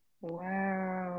Wow